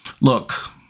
Look